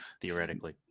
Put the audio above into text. Theoretically